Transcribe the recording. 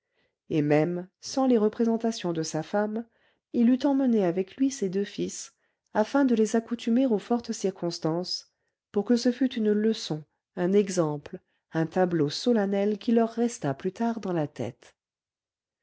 et même sans les représentations de sa femme il eût emmené avec lui ses deux fils afin de les accoutumer aux fortes circonstances pour que ce fût une leçon un exemple un tableau solennel qui leur restât plus tard dans la tête